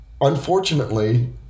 unfortunately